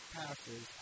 passes